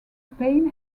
pain